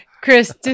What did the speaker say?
Chris